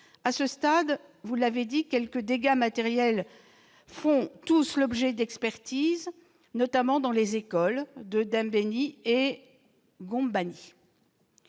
À ce stade, vous l'avez dit, quelques dégâts matériels font tous l'objet d'expertises, notamment dans les écoles de Dembéni et de Combani.